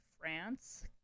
France